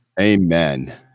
Amen